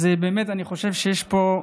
אז באמת אני חושב שיש פה,